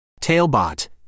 Tailbot